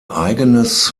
eigenes